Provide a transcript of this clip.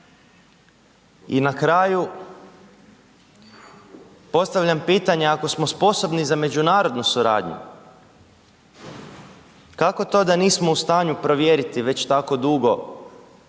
I na kraju postavljam pitanje ako smo sposobni za međunarodnu suradnju, kako to da nismo u stanju provjeriti već tako dugo